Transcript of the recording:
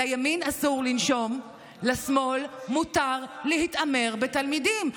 לימין אסור לנשום, לשמאל מותר להתעמר בתלמידים.